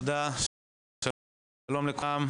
שלום לכולם.